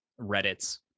reddits